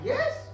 Yes